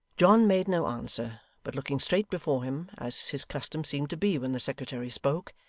john made no answer, but looking straight before him, as his custom seemed to be when the secretary spoke,